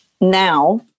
now